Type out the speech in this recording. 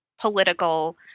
political